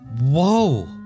Whoa